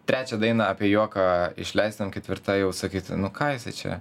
trečią dainą apie juoką išleistum ketvirta jau sakytų nu ką jisai čia